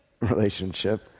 relationship